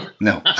No